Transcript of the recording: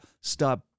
stop